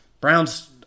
Browns